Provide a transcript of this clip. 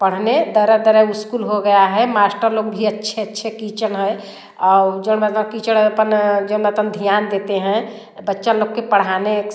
पढ़ने तर तरह स्कूल हो गया है मास्टर लोग भी अच्छे अच्छे किचन है आ जो मतलब कीचड़ अपन जो मतलब ध्यान देते हैं बच्चा लोग के पढ़ाने